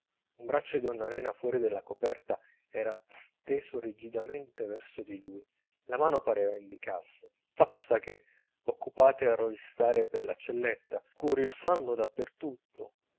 un braccio di donna nena fuori della coperta era steso rigidamente verso di lui la mano pareva indicasse fatto sta che occupate a rovistare per la celletta curiosando dappertutto